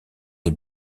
des